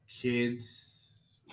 kids